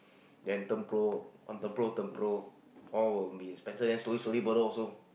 then tempura on tempura tempura all will be bitterly as slow burry also